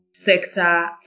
sector